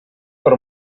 per